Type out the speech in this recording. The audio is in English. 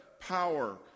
power